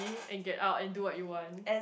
and get out and do what you want